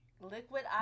Liquid